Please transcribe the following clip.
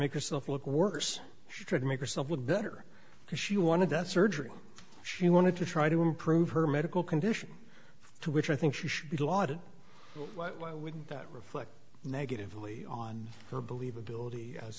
herself look worse she tried to make herself look better because she wanted that surgery she wanted to try to improve her medical condition to which i think she should be lauded why wouldn't that reflect negatively on her believability as